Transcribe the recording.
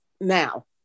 now